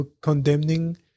condemning